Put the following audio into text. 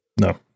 No